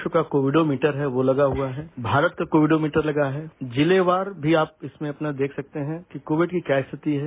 विश्व का कोविडोमीटर है वो लगा हुआ है भारत का कोविडोमीटर लगा है जिलेवार भी आप इसमें अपना देख सकते हैं कि कोविड की क्या स्थिति है